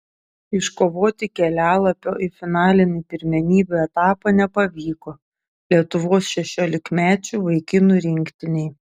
iškovoti kelialapio į finalinį pirmenybių etapą nepavyko lietuvos šešiolikmečių vaikinų rinktinei